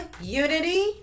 unity